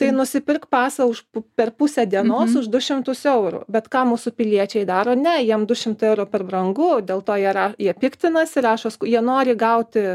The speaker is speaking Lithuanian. tai nusipirk pasą už per pusę dienos už du šimtus eurų bet ką mūsų piliečiai daro ne jam du šimtai eurų per brangu dėl to jie ra jie piktinasi rašo sku jie nori gauti